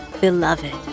Beloved